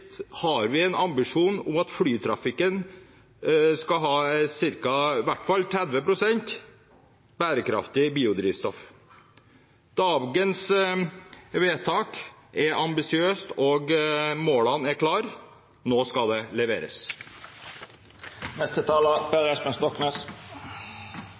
har vi en ambisjon om at flytrafikken skal bruke i hvert fall 30 pst. bærekraftig biodrivstoff. Dagens vedtak er ambisiøst, og målene er klare. Nå skal det